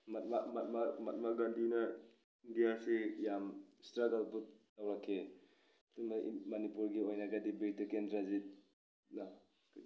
ꯃꯍꯥꯠꯃ ꯒꯥꯟꯙꯤꯅ ꯏꯟꯗꯤꯌꯥꯁꯤ ꯌꯥꯝ ꯁ꯭ꯇꯔꯒꯜꯁꯨ ꯇꯧꯔꯛꯈꯤ ꯑꯗꯨꯝꯕ ꯃꯅꯤꯄꯨꯔꯒꯤ ꯑꯣꯏꯔꯒꯗꯤ ꯕꯤꯔ ꯇꯤꯀꯦꯟꯗ꯭ꯔꯖꯤꯠꯅ